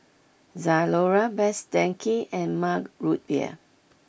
Zalora Best Denki and Mug Root Beer